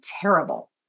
terrible